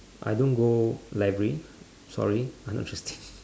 I don't go library sorry I'm not interesting